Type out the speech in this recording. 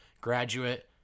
graduate